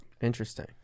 Interesting